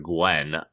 gwen